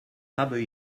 habe